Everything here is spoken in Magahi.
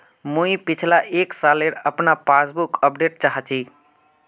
मुई पिछला एक सालेर अपना पासबुक अपडेट चाहची?